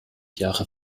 jahre